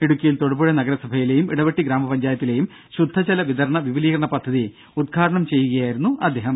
ഇടുക്കിയിൽ തൊടുപുഴ നഗരസഭയിലെയും ഇടവെട്ടി ഗ്രാമപഞ്ചായത്തിലെയും ശുദ്ധജല വിതരണ വിപുലീകരണ പദ്ധതി ഉദ്ഘാടനം ചെയ്യുകയായിരുന്നു അദ്ദേഹം